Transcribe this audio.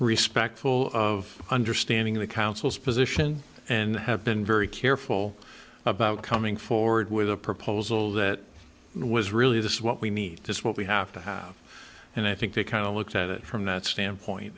respectful of understanding the council's position and have been very careful about coming forward with a proposal that was really this what we need just what we have to have and i think they kind of looked at it from that standpoint